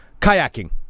kayaking